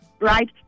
right